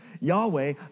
Yahweh